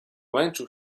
męczył